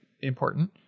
important